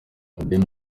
radio